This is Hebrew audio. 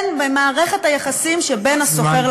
במערכת היחסים שבין השוכר למשכיר.